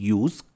use